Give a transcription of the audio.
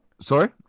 Sorry